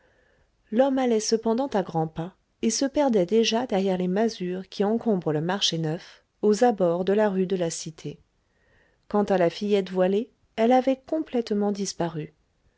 l'homme allait cependant à grand pas et se perdait déjà derrière les masures qui encombrent le marché neuf aux abords de la rue de la cité quant à la fillette voilée elle avait complètement disparu